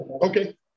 Okay